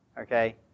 Okay